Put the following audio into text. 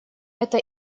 это